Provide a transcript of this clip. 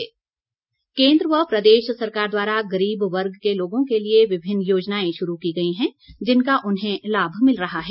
आयुष्मान भारत चंबा केन्द्र व प्रदेश सरकार द्वारा गरीब वर्ग के लोगों के लिए विभिन्न योजनाएं शुरू की गई हैं जिनका उन्हें लाभ मिल रहा है